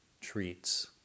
treats